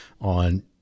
on